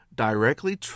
directly